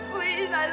Please